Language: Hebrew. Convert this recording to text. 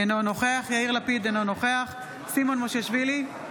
אינו נוכח יאיר לפיד, אינו נוכח סימון מושיאשוילי,